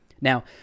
Now